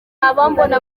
abambona